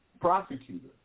prosecutor